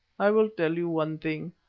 i will tell you one thing.